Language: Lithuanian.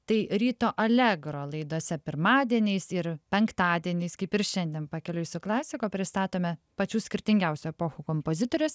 tai ryto allegro laidose pirmadieniais ir penktadieniais kaip ir šiandien pakeliui su klasika pristatome pačių skirtingiausių epochų kompozitorius